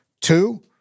Two